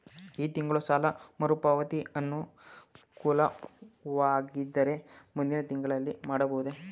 ಈ ತಿಂಗಳು ಸಾಲ ಮರುಪಾವತಿ ಅನಾನುಕೂಲವಾಗಿದ್ದರೆ ಮುಂದಿನ ತಿಂಗಳಲ್ಲಿ ಮಾಡಬಹುದೇ?